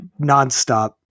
nonstop